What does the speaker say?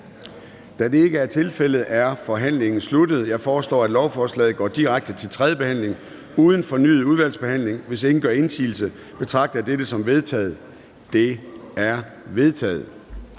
Da det ikke er tilfældet, er forhandlingen sluttet. Jeg foreslår, at lovforslaget går direkte til tredje behandling uden fornyet udvalgsbehandling. Hvis ingen gør indsigelse, betragter jeg dette som vedtaget. Det er vedtaget.